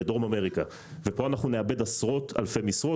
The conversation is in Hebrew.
לדרום אמריקה וכאן אנחנו נאבד עשרות אלפי משרות